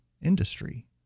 industry